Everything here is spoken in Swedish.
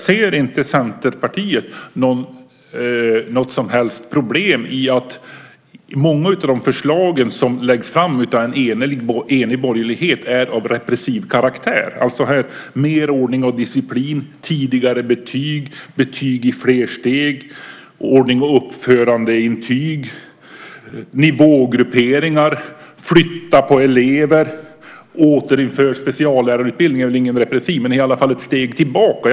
Ser inte Centerpartiet något som helst problem i att många av de förslag som läggs fram av en enig borgerlighet är av repressiv karaktär? Det handlar alltså om mer ordning och disciplin, tidigare betyg, betyg i fler steg, ordnings och uppförandeintyg, nivågrupperingar och flyttning av elever. Det handlar även om att återinföra speciallärarutbildning, även om det inte är av repressiv karaktär. Men det är ändå ett steg tillbaka.